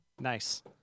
nice